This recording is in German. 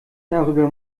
darüber